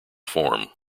form